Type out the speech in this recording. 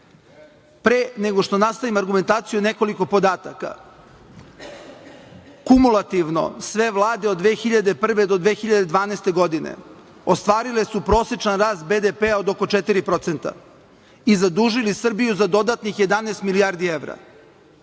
Pre nego što nastavim argumentaciju, nekoliko podataka. Kumulativno, sve vlade od 2001. godine do 2012. godine ostvarile su prosečan rad BDP od oko 4% i zadužili Srbiju za dodatnih 11 milijardi evra.